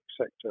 sector